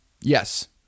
yes